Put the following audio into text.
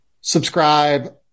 subscribe